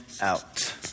out